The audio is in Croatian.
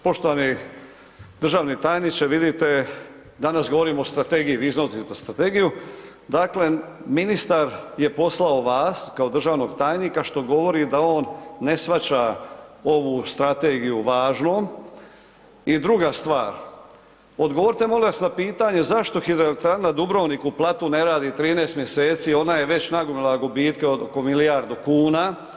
Poštovani državni tajniče, vidite danas govorimo o strategiji, vi iznosite strategiju, dakle ministar je poslao vas kao državnog tajnika što govori da on ne shvaća ovu strategiju važnom i druga stvar, odgovorite molim vas na pitanje zašto HE Dubrovnik u Platu ne radi 13 mj., ona je već nagomilala gubitke od oko milijardu kuna?